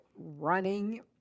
running